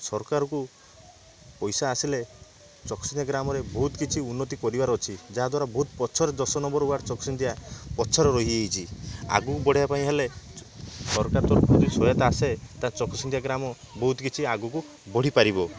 ସରକାରକୁ ପଇସା ଆସିଲେ ଚକସିନ୍ଦିଆ ଗ୍ରାମରେ ବହୁତ କିଛି ଉନ୍ନତି କରିବାର ଅଛି ଯାହାଦ୍ଵାରା ବହୁତ ପଛରେ ଦଶ ନମ୍ବର୍ ୱାର୍ଡ଼ ଅଛି ଚକସିନ୍ଦିଆ ପଛରେ ରହିଯାଇଛି ଆଗକୁ ବଢ଼ିବାପାଇଁ ହେଲେ ସରକାର ତରଫର ଯୋଉ ସହାୟତା ଆସେ ତାହେଲେ ଚକସିନ୍ଦିଆ ଗ୍ରାମ ବହୁତ କିଛି ଆଗକୁ ବଢ଼ିପାରିବ